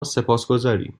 سپاسگزاریم